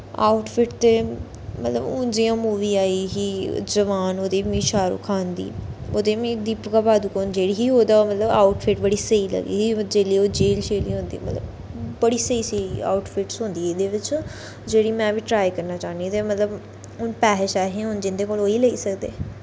out fit ते मतलब हून जि'यां मूवी आई ही जबान ओह्दी शैहरू खान दी ओह्दे च मिगी दीपीका पादूकोन जेह्ड़ी ही ओह्दा मतलब आउट फिट्ट बड़ा स्हेई लग्गी जिसलै ओह् जेल शेल च होंदी मतलब बड़ी स्हेई स्हेई आउट फिट्ट होंदी एह्दे बिच्च जेह्ड़ी में बी ट्राई करना चाह्न्नी ते मतलब हून पैसे शैसे होन जेह्दे कोल ओही लेई सकदे